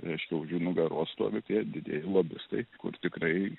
reiškia už jų nugaros stovi tie didieji lobistai kur tikrai